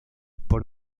por